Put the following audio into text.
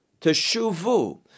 teshuvu